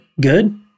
good